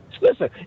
Listen